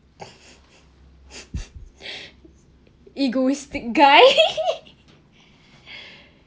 egoistic guy